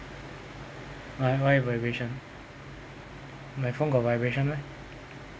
why why vibration my phone got vibration meh